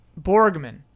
Borgman